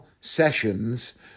sessions